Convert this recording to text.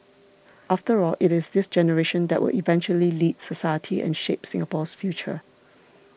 after all it is this generation that will eventually lead society and shape Singapore's future